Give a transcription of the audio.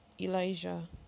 Elijah